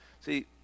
See